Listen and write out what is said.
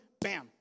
bam